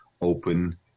open